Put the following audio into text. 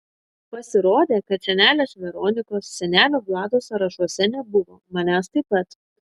pasirodė kad senelės veronikos senelio vlado sąrašuose nebuvo manęs taip pat